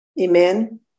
Amen